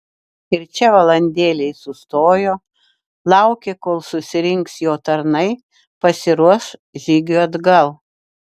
ir čia valandėlei sustojo laukė kol susirinks jo tarnai pasiruoš žygiui atgal